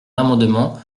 l’amendement